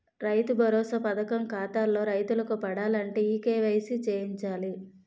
రైతు భరోసా పథకం ఖాతాల్లో రైతులకు పడాలంటే ఈ కేవైసీ చేయించాలి